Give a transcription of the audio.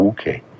Okay